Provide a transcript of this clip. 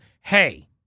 hey